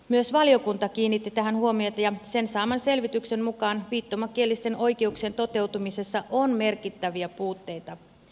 myös valiokunta kiinnitti tähän huomiota ja sen saaman selvityksen mukaan viittomakielisten oikeuksien toteutumisessa on merkittäviä puutteita